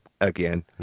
Again